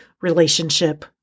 relationship